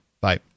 Bye